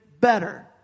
better